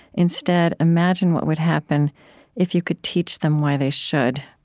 instead, imagine what would happen if you could teach them why they should.